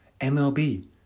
MLB